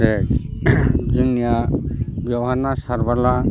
देह जोंनिया बेवहाय ना सारोब्ला